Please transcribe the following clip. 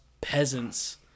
peasants